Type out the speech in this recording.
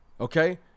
Okay